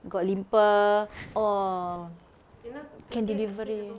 got limpa !aww! can delivery